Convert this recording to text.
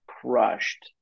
crushed